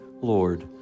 Lord